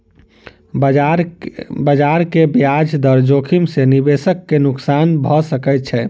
बजार के ब्याज दर जोखिम सॅ निवेशक के नुक्सान भ सकैत छै